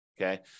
okay